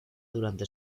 durante